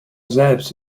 selbst